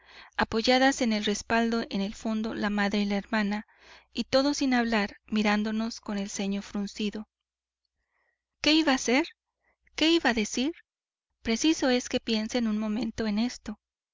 apoyadas en el respaldo en el fondo la madre y la hermana y todos sin hablar mirándonos con el ceño fruncido qué iba a hacer qué iba a decir preciso es que piensen un momento en esto